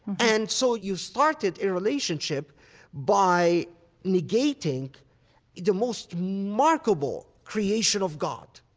and so you started a relationship by negating the most remarkable creation of god.